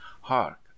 Hark